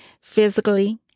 physically